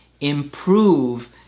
improve